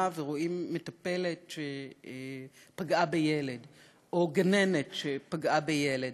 ורואים מטפלת שפגעה בילד או גננת שפגעה בילד.